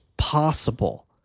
possible